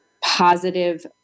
positive